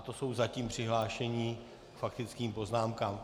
To jsou zatím přihlášení k faktickým poznámkám.